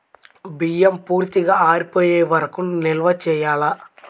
బియ్యం పూర్తిగా ఆరిపోయే వరకు నిల్వ చేయాలా?